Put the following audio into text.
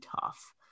tough